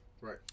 right